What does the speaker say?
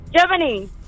Germany